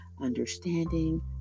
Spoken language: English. understanding